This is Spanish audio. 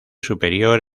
superior